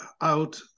out